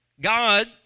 God